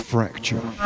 Fracture